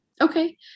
Okay